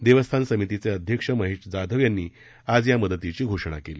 देवस्थान समितीचे अध्यक्ष महेश जाधव यांनी आज या मदतीची घोषणा केली